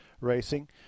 racing